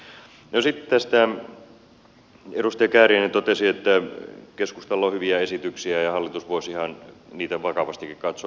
no sitten edustaja kääriäinen totesi että keskustalla on hyviä esityksiä ja hallitus voisi ihan niitä vakavastikin katsoa